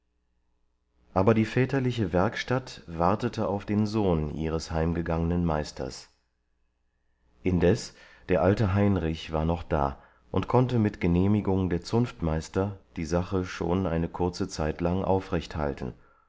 aber die väterliche werkstatt wartete auf den sohn ihres heimgegangenen meisters indes der alte heinrich war noch da und konnte mit genehmigung der zunftmeister die sache schon eine kurze zeitlang aufrechthalten